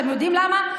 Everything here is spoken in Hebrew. אתם יודעים למה?